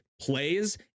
plays